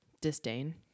disdain